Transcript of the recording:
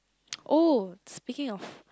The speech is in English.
oh speaking of